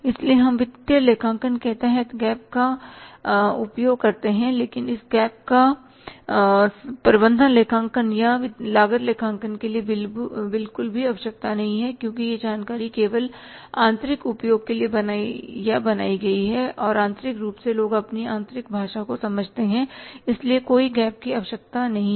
इसलिए हम वित्तीय लेखांकन के तहत GAAP का उपयोग करते हैं लेकिन इस GAAP का प्रबंधन लेखांकन या लागत लेखांकन के लिए बिल्कुल भी आवश्यकता नहीं है क्योंकि यह जानकारी केवल आंतरिक उपयोग के लिए बनाई या बनाई गई है और आंतरिक रूप से लोग अपनी आंतरिक भाषा को समझते हैं इसलिए कोई GAAP की आवश्यकता नहीं है